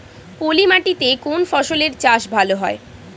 পলি মাটিতে কোন ফসলের চাষ ভালো হয়?